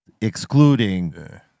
excluding